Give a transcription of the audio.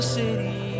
city